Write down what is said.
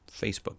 facebook